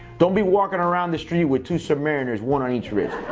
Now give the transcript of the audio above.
don't be walking around the street with two submariners, one on each wrist.